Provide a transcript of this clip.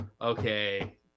okay